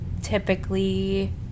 Typically